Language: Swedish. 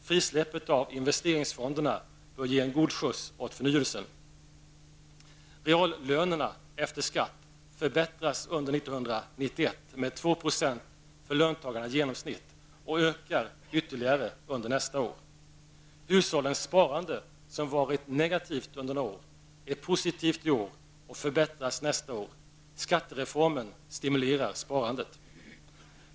Frisläppet av investeringsfonderna bör ge en god skjuts åt förnyelsen. med 2 % för löntagarna i genomsnitt och ökar ytterligare under nästa år. -- Hushållens sparande, som varit negativt under några år, är positivt i år och förbättras nästa år. Skattereformen stimulerar sparandet.